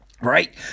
right